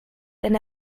denn